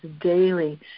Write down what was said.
daily